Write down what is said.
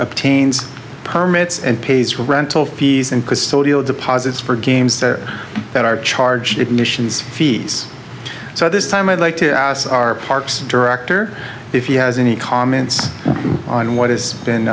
obtains permits and pays for rental fees and custodial deposits for games there that are charged admissions fees so this time i'd like to ask our parks director if he has any comments on what has been